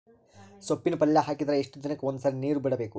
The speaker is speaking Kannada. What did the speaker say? ಸೊಪ್ಪಿನ ಪಲ್ಯ ಹಾಕಿದರ ಎಷ್ಟು ದಿನಕ್ಕ ಒಂದ್ಸರಿ ನೀರು ಬಿಡಬೇಕು?